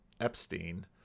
epstein